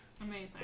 Amazing